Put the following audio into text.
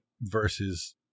versus